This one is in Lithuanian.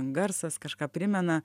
garsas kažką primena